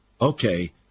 okay